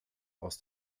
aus